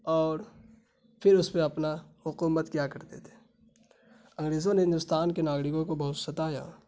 اور پھر اس پہ اپنا حکومت کیا کرتے تھے انگریزوں نے ہندوستان کے ناگرکوں کو بہت ستایا